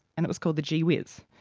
and it was called the gee whiz.